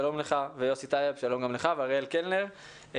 יוסי טייב ואריאל קלנר,